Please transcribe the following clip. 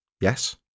yes